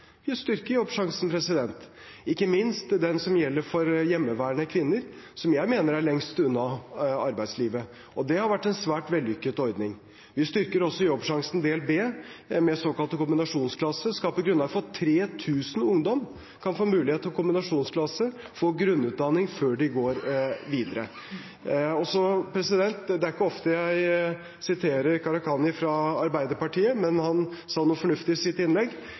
Vi styrker også Jobbsjansen del B med såkalte kombinasjonsklasser, og skaper grunnlag for at 3 000 ungdommer kan få mulighet til å komme i en kombinasjonsklasse og få grunnutdanning før de går videre. Det er ikke ofte jeg siterer representanten Gharahkhani fra Arbeiderpartiet, men han sa noe fornuftig i sitt innlegg,